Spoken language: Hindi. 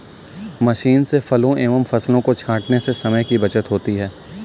मशीन से फलों एवं फसलों को छाँटने से समय की बचत होती है